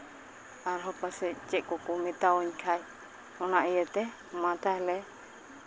ᱟᱨᱦᱚᱸ ᱯᱟᱥᱮᱡ ᱪᱮᱫ ᱠᱚᱠᱚ ᱢᱮᱛᱟᱣᱟᱹᱧ ᱠᱷᱟᱡ ᱚᱱᱟ ᱤᱭᱟᱹᱛᱮ ᱢᱟ ᱛᱟᱦᱚᱞᱮ